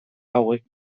hauek